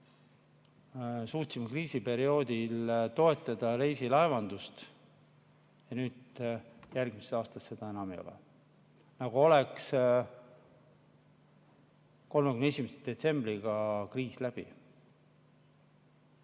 Suutsime kriisiperioodil toetada reisilaevandust ja nüüd järgmisest aastast seda [toetust] enam ei ole, nagu oleks 31. detsembriga kriis läbi.